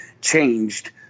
changed